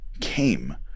came